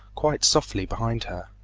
quite softly behind her.